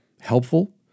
helpful